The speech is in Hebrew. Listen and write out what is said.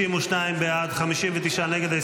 50 בעד, 59 נגד.